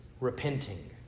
Repenting